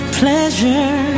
pleasure